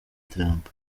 trump